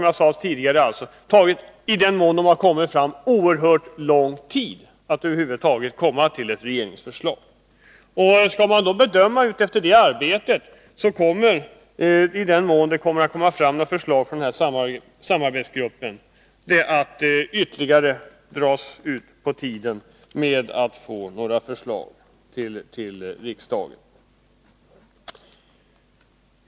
I den mån de har kommit fram har det, som jag sade tidigare, tagit oerhört lång tid, innan de resulterat i ett regeringsförslag. Att döma av det arbetet kommer förslag från den här samarbetsgruppen — i den mån sådana förslag kommer fram — att innebära ytterligare tidsutdräkt när det gäller att få förslag till riksdagen.